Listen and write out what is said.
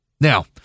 Now